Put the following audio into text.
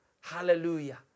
Hallelujah